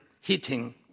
heating